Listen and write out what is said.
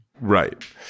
Right